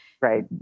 Right